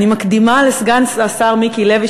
אני מקדימה לסגן השר מיקי לוי,